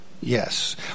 yes